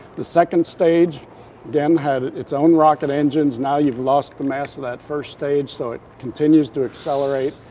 the second stage then had its own rocket engines. now you've lost the mass of that first stage, so it continues to accelerate,